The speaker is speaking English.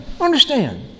understand